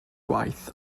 gwaith